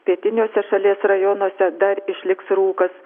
pietiniuose šalies rajonuose dar išliks rūkas